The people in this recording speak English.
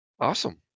awesome